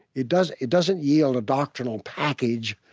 it doesn't it doesn't yield a doctrinal package.